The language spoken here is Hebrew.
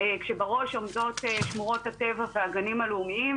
כשבראש עומדות שמורות הטבע והגנים הלאומיים,